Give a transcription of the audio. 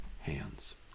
hands